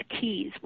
keys